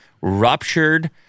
ruptured